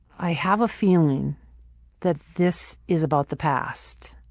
i have a feeling that this is about the past,